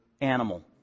animal